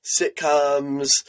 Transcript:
sitcoms